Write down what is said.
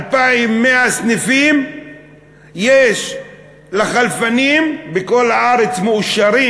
2,100 סניפים יש לחלפנים בכל הארץ, מאושרים,